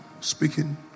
speaking